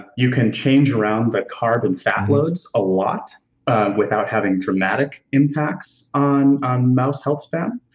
you can change around the carbon fat loads a lot without having dramatic impacts on on mouse health span,